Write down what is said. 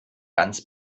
ganz